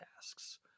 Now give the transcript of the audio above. tasks